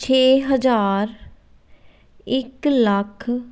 ਛੇ ਹਜ਼ਾਰ ਇੱਕ ਲੱਖ